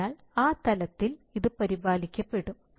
അതിനാൽ ആ തലത്തിൽ ഇത് പരിപാലിക്കപ്പെടും